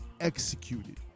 executed